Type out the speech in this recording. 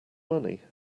money